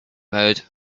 mode